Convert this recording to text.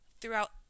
throughout